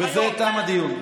בזה תם הדיון.